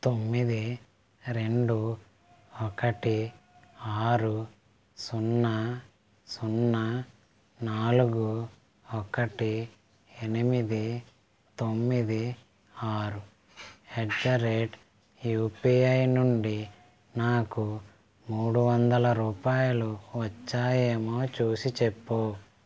తొమ్మిది రెండు ఒకటి ఆరు సున్నా సున్నా నాలుగు ఒకటి ఎనిమిది తొమ్మిది ఆరు ఎట్ ద రేట్ యుపిఐ నుండి నాకు మూడు వందల రూపాయలు వచ్చాయేమో చూసి చెప్పుము